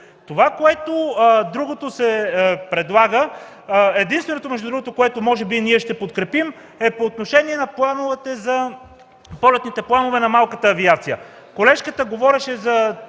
Другото, което се предлага – единственото, което може би ние ще подкрепим, е по отношение на полетните планове на малката авиация. Колежката говореше за